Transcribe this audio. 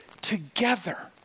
together